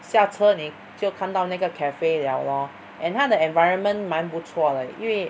下车你就看到那个 cafe liao lor and 它的 environment 蛮不错的因为